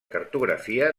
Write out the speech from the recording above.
cartografia